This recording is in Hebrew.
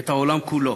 את העולם כולו.